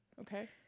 okay